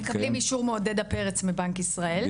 מתקיים --- מקבלים אישור מעודדה פרץ מבנק ישראל.